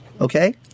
okay